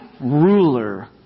ruler